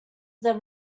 that